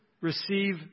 receive